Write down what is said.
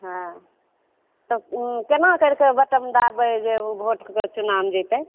हाँ तब उ केना करिकऽ बटन दाबबय जे वोटके चुनाव जेतय